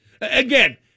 Again